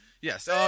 yes